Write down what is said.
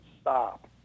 stop